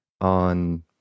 on